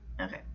Okay